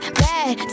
bad